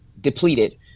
depleted